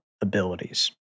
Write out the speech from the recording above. abilities